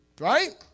right